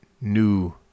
new